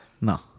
No